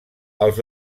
els